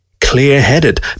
clear-headed